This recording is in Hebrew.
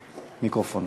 מהמיקרופון.